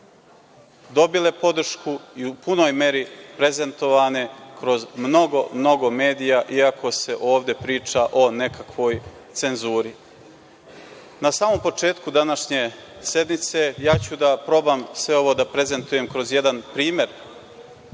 dobile podršku i u punoj meri prezentovane kroz mnogo, mnogo medija, iako se ovde priča o nekakvoj cenzuri. Na samom početku današnje sednice, ja ću da probam sve ovo da prezentujem kroz jedan primer